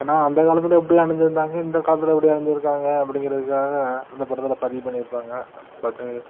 ஏன்னா அந்த காலத்தில் எப்படி அணிஞ்சிருந்தாங்க இந்த காலத்தில் எப்படி அணிஞ்சிருக்காங்க அப்படிங்கிறதுக்காக அந்த படத்தில் பதிவு பண்ணியிருப்பாங்க பட்டு